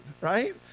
right